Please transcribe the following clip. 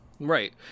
Right